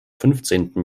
fünfzehnten